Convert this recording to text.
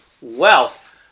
wealth